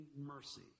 mercy